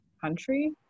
country